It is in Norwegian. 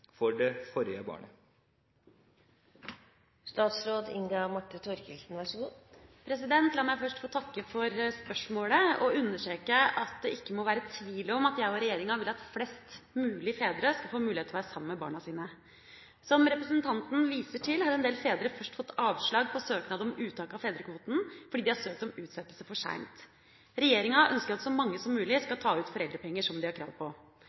for det forrige barnet?» La meg først få takke for spørsmålet, og understreke at det ikke må være tvil om at jeg og regjeringa vil at flest mulig fedre skal få mulighet til å være sammen med barna sine. Som representanten viser til, har en del fedre først fått avslag på søknad om uttak av fedrekvoten fordi de har søkt om utsettelse for seint. Regjeringa ønsker at så mange som mulig skal ta ut foreldrepenger som de har krav på.